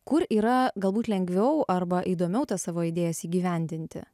kur yra galbūt lengviau arba įdomiau tas savo idėjas įgyvendinti